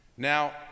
Now